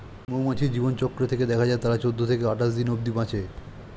মৌমাছির জীবনচক্র থেকে দেখা যায় তারা চৌদ্দ থেকে আটাশ দিন অব্ধি বাঁচে